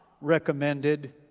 recommended